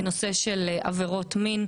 7) (הארכת תקופת התיישנות של תובענה בגין עבירת מין,